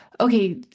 okay